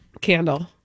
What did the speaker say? Candle